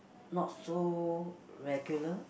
not so regular